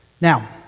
Now